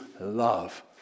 love